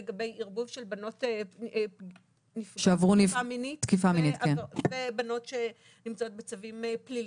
לגבי ערבוב של בנות שעברו תקיפה מינית ובנות שנמצאות בצווים פליליים.